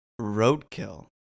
roadkill